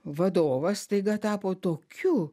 vadovas staiga tapo tokiu